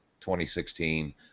2016